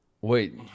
Wait